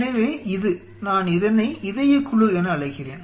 எனவே இது நான் இதனை இதய குழு என அழைக்கிறேன்